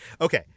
Okay